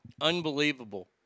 Unbelievable